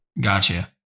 Gotcha